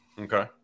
Okay